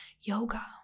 yoga